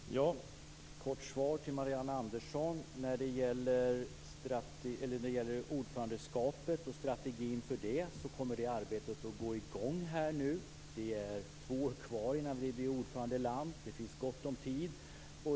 Fru talman! Ett kort svar till Marianne Andersson. När det gäller strategin för ordförandeskapet kommer arbetet att gå i gång nu. Det är två år kvar innan vi blir ordförandeland. Det finns gott om tid.